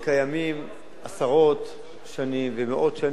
שקיימים עשרות שנים ומאות שנים,